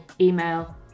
email